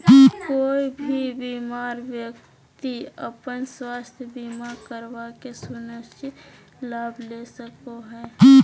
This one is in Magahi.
कोय भी बीमार व्यक्ति अपन स्वास्थ्य बीमा करवा के सुनिश्चित लाभ ले सको हय